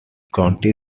county